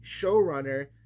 showrunner